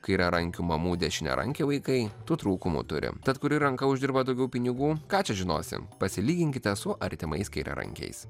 kairiarankių mamų dešiniarankiai vaikai tų trūkumų turi tad kuri ranka uždirba daugiau pinigų ką čia žinosi pasilyginkime su artimais kairiarankiais